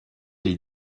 les